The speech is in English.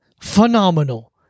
phenomenal